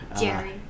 Jerry